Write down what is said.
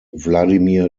vladimir